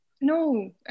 No